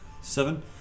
Seven